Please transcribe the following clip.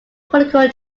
political